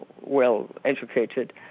well-educated